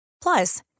Plus